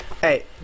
hey